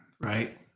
right